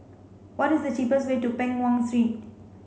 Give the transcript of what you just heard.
what is the cheapest way to Peng Nguan